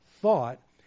thought